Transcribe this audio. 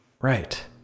Right